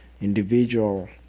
individual